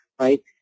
right